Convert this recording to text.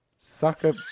Sucker